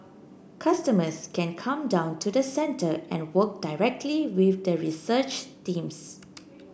customers can come down to the centre and work directly with the research teams